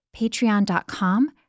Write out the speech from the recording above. patreon.com